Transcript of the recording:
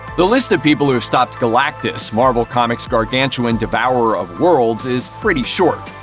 the list of people who have stopped galactus, marvel comics' gargantuan devourer of worlds, is pretty short.